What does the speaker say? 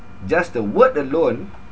just the word alone